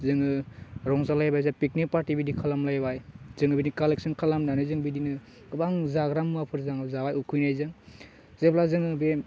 जोङो रंजालायबाय जे पिकनिक पार्टि बिदि खालामलायबाय जोङो बिदि कालेकशन खालामनानै जों बिदिनो गोबां जाग्रा मुवाफोर जों जाबाय उखैनायजों जेब्ला जोङो बे